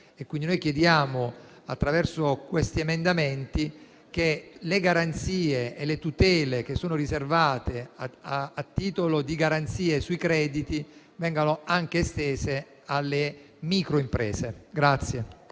microimprese. Chiediamo attraverso questi emendamenti che le garanzie e le tutele che sono riservate a titolo di garanzia sui crediti vengano estese anche alle microimprese.